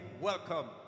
welcome